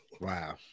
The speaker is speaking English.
Wow